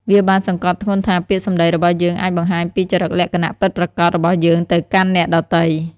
វាបានសង្កត់ធ្ងន់ថា ពាក្យសម្ដីរបស់យើងអាចបង្ហាញពីចរិតលក្ខណៈពិតប្រាកដរបស់យើងទៅកាន់អ្នកដទៃ។